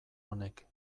honek